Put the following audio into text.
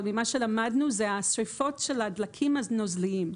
ממה שלמדנו, אלה השריפות של הדלקים הנוזליים.